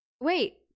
Wait